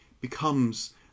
becomes